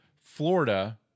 Florida